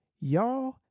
y'all